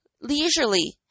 leisurely